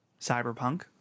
Cyberpunk